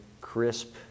crisp